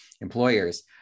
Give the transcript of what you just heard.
employers